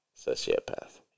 Sociopath